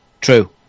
True